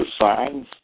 signs